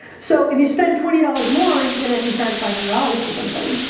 so if you spend twenty dollars more you can actually charge five hundred dollars for something